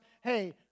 hey